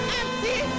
empty